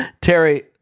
Terry